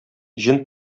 җен